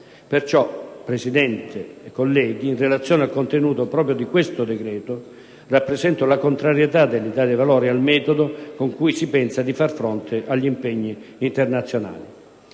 signor Presidente e colleghi, in relazione al contenuto proprio di questo decreto, rappresento la contrarietà dell'Italia dei Valori al metodo con cui si pensa di far fronte agli impegni internazionali.